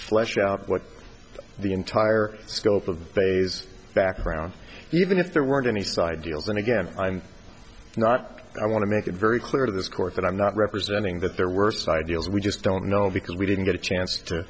flesh out what the entire scope of the phase background even if there weren't any side deals and again i'm not i want to make it very clear to this court that i'm not representing that they're worse ideals we just don't know because we didn't get a chance to